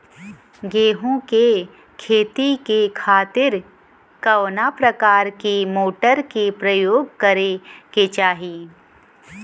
गेहूँ के खेती के खातिर कवना प्रकार के मोटर के प्रयोग करे के चाही?